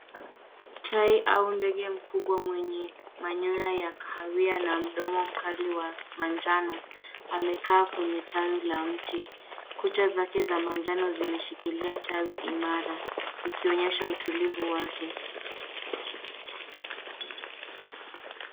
Tai au ndege mkubwa mwenye manyoya ya kahawia na mdomo mkali wa manjano amekaa kwenye tawi la mti. Kucha zake za manjano zimeshikilia tawi imara ikionyesha utulivu wake.